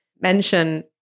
mention